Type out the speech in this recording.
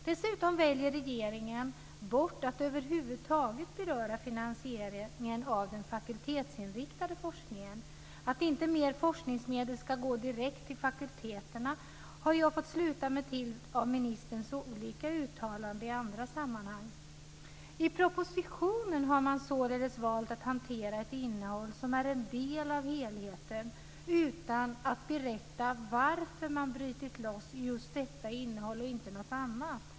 Dessutom väljer regeringen bort att över huvud taget beröra finansieringen av den fakultetsinriktade forskningen. Att inte mer forskningsmedel ska gå direkt till fakulteterna har jag fått sluta mig till av ministerns olika uttalanden i andra sammanhang. I propositionen har man således valt att hantera ett innehåll som är en del av helheten utan att berätta varför man brutit loss just detta innehåll och inte något annat.